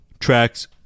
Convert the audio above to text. tracks